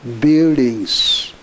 Buildings